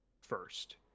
first